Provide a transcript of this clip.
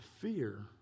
fear